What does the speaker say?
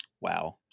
Wow